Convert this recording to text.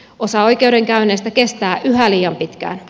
osa oikeudenkäynneistä kestää yhä liian pitkään